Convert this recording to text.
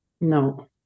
no